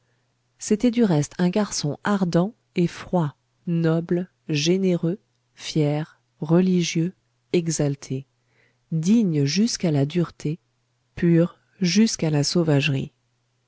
c'était du reste un garçon ardent et froid noble généreux fier religieux exalté digne jusqu'à la dureté pur jusqu'à la sauvagerie